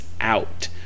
out